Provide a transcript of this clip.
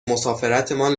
مسافرتمان